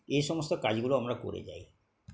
এই সমস্ত কাজগুলো আমরা করে যাই